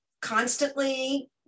constantly